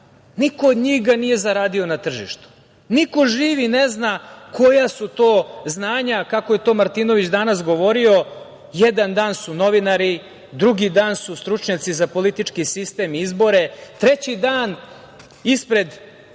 niko od njih ga nije zaradio na tržištu. Niko živi ne zna koja su to znanja, kako je to Martinović danas govorio, jedan dan su novinari, drugi dan su stručnjaci za politički sistem i izbore, treći dan ispred